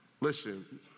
Listen